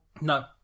No